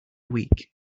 week